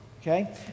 Okay